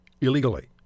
illegally